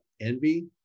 envy